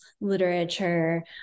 literature